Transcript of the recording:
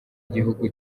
gihugu